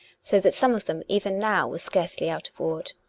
so that some of them, even now, were scarcely out of ward,